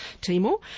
Timor